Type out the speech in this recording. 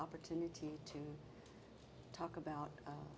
opportunity to talk about